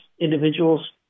individuals